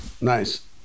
Nice